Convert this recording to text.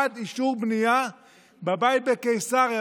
עד אישור בנייה בבית בקיסריה,